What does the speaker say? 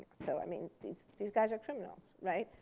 so i mean, these these guys are criminals, right?